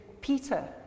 Peter